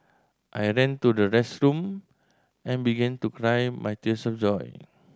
I ran to the restroom and begin to cry my tears of joy